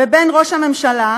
ובין ראש הממשלה,